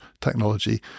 technology